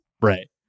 Right